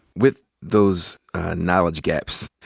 with those knowledge gaps,